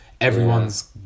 everyone's